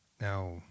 Now